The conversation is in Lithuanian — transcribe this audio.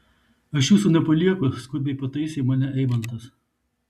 aš jūsų nepalieku skubiai pataisė mane eimantas